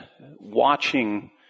watching